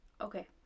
okay